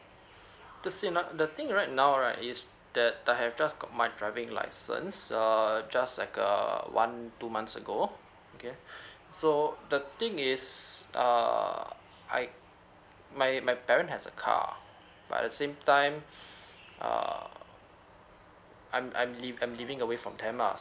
the synop~ the thing right now right is that I have just got my driving license err just like a one two months ago okay so the thing is err I my my parent has a car but at the same time err I'm I'm li~ I'm living if I'm giving away from them lah